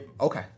okay